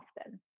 often